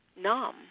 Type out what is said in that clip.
numb